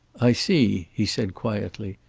i see, he said quietly.